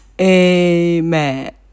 Amen